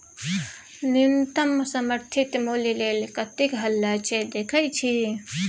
न्युनतम समर्थित मुल्य लेल कतेक हल्ला छै देखय छी